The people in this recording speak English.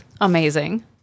Amazing